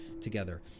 together